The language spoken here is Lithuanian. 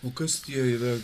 o kas tie yra